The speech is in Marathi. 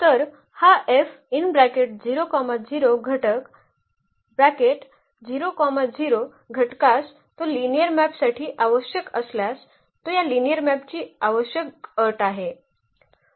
तर हा घटक घटकास तो लिनिअर मॅपसाठी आवश्यक असल्यास तो या लिनिअर मॅपची आवश्यक अट आहे